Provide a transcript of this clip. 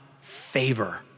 favor